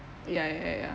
ya ya ya